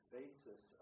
basis